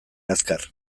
azkar